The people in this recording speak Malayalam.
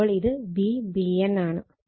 അപ്പോൾ ഇത് Vbn ആണ്